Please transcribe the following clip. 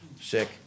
sick